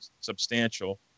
substantial